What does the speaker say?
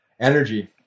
energy